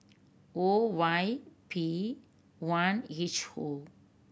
O Y P one H O